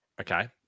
okay